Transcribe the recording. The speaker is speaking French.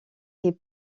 est